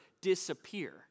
disappear